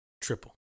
triple